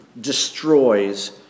destroys